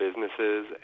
businesses